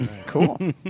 Cool